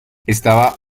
estaba